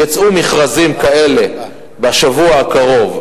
יצאו מכרזים כאלה בשבוע הקרוב,